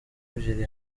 ebyiri